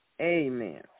Amen